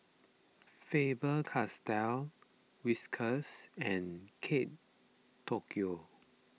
Faber Castell Whiskas and Kate Tokyo